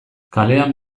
kalean